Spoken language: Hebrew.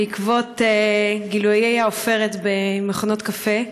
בעקבות גילויי העופרת במכונות קפה,